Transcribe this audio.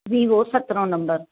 Vivo सतरों number